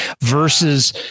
Versus